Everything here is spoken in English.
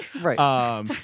Right